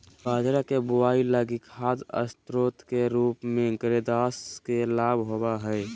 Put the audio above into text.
बाजरा के बुआई लगी खाद स्रोत के रूप में ग्रेदास के लाभ होबो हइ